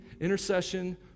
intercession